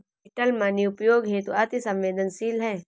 digital money उपयोग हेतु अति सवेंदनशील है